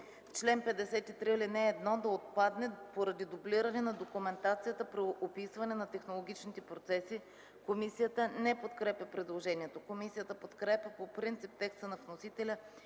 чл. 53, ал. 1 да отпадне „Поради дублиране на документацията при описване на технологичните процеси”. Комисията не подкрепя предложението. Комисията подкрепя по принцип текста на вносителя